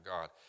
God